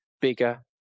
bigger